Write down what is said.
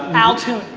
um altoon.